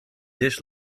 dish